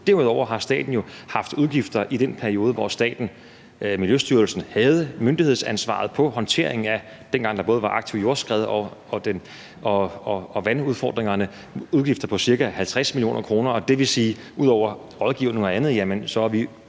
Derudover har staten jo haft udgifter i den periode, hvor staten, altså Miljøstyrelsen, havde myndighedsansvaret for håndteringen af situationen, dengang der både var aktivt jordskred og vandudfordringer. Der var udgifter for ca. 60 mio. kr. Det vil sige, at ud over rådgivning og andet har vi